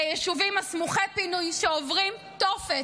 ליישובים סמוכי הפינוי שעוברים תופת.